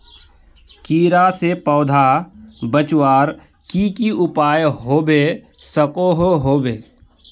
कीड़ा से पौधा बचवार की की उपाय होबे सकोहो होबे?